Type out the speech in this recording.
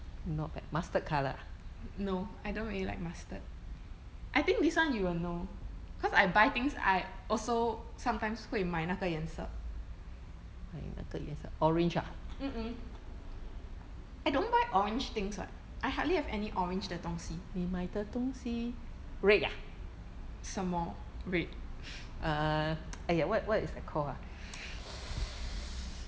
n~ no I don't really like mustard I think this one you will know cause I buy things I also sometimes 会买那个颜色 mm mm I don't buy orange things [what] I hardly have any orange 的东西什么 red